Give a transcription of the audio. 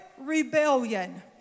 rebellion